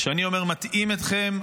כשאני אומר "מטעים אתכם",